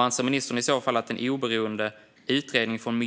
Anser ministern i så fall att en oberoende utredning från